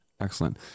excellent